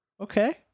Okay